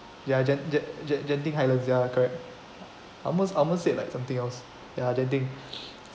ya gen~ gen~ gen~ genting highlands ya correct I almost I almost said like something else ya genting